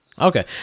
Okay